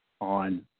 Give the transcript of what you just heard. on